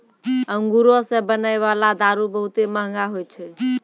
अंगूरो से बनै बाला दारू बहुते मंहगा होय छै